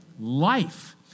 Life